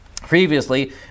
Previously